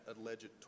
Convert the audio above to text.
alleged